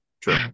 True